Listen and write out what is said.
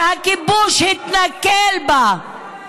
שהכיבוש התנכל לה.